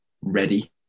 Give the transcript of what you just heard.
ready